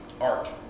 art